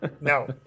No